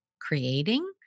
creating